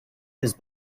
his